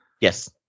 Yes